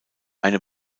eine